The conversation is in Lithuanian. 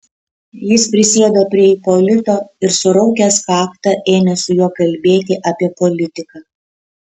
jis prisėdo prie ipolito ir suraukęs kaktą ėmė su juo kalbėti apie politiką